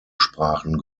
sprachen